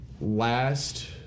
last